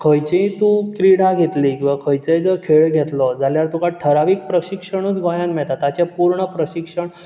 खंयचीय तूं क्रिडी घेतली किंवा खंयचोय तूं खेळ घेतलो जाल्यार तुका ठरावीक प्रशिक्षणूच गोंयांत मेळटा तेचे पूर्ण प्रशिक्षण